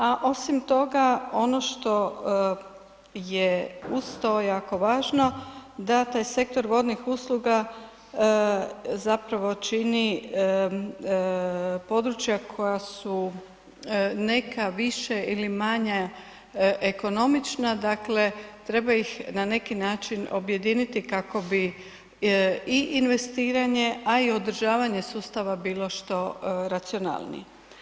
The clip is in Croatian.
A osim toga ono što je uz to jako važno da taj sektor vodnih usluga zapravo čini područja koja su neka više ili manje ekonomična, dakle, treba ih na neki način objediniti kako bi i investiranje, a i održavanje sustava bilo što racionalnije.